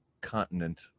continent